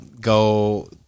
go